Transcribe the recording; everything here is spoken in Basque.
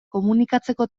komunikatzeko